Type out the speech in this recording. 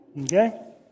Okay